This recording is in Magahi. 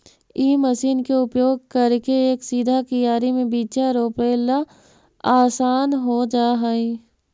इ मशीन के उपयोग करके एक सीधा कियारी में बीचा रोपला असान हो जा हई